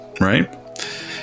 right